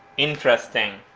interesting.